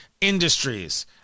industries